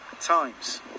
times